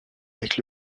avec